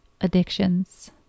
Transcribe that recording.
Addictions